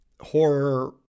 horror